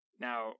Now